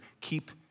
keep